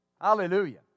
Hallelujah